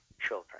children